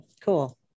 cool